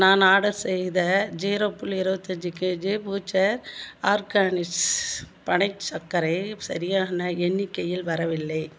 நான் ஆடர் செய்த ஜீரோ புள்ளி இருபத்தஞ்சு கேஜி ஃபுயூச்சர் ஆர்கானிக்ஸ் பனைச் சர்க்கரை சரியான எண்ணிக்கையில் வரவில்லை